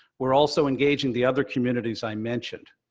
we're also engaging the other communities i mentioned.